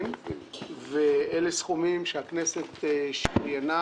אלה סכומים שהכנסת שריינה